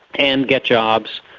and get jobs,